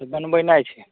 अच्छा बनबेनाइ छै